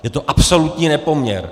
Je to absolutní nepoměr.